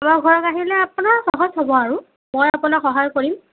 আমাৰ ঘৰত আহিলে আপোনাৰ সহজ হ'ব আৰু মই আপোনাক সহায় কৰিম